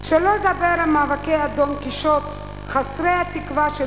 שלא לדבר על מאבקי דון-קישוט חסרי התקווה של